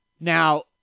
Now